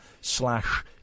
slash